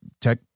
tech